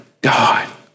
God